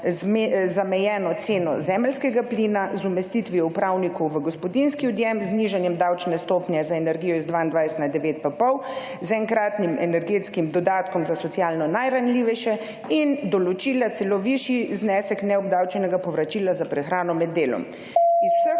zamejeno ceno zemeljskega plina, z umestitvijo upravnikov v gospodinjski odjem, z znižanjem davčne stopnje za energije iz 22 na 9,5, z enkratnim energetskim dodatkom za socialno najranljivejše in določila celo višji znesek neobdavčenega povračila za prehrano med delom. / znak